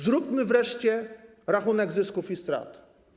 Zróbmy wreszcie rachunek zysków i strat.